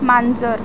मांजर